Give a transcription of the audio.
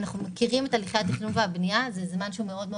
אנחנו מאריכים את זה מחמש לשבע